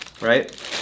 right